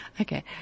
Okay